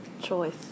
choice